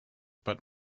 but